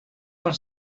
per